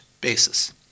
basis